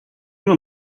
not